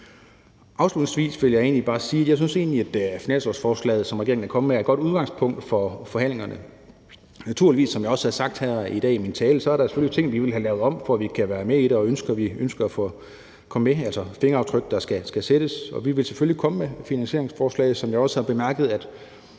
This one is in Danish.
Afslutningsvis vil jeg egentlig bare sige, at jeg synes, at finanslovsforslaget, som regeringen er kommet med, er et godt udgangspunkt for forhandlingerne. Naturligvis er der, som jeg også har sagt her i dag i min tale, ting, vi vil have lavet om, for at vi kan være med i det, og vi kommer med ønsker – altså fingeraftryk, der skal sættes. Og vi vil selvfølgelig komme med finansieringsforslag, som jeg også har bemærket at